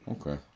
Okay